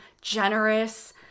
generous